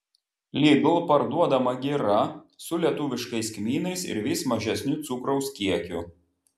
lidl parduodama gira su lietuviškais kmynais ir vis mažesniu cukraus kiekiu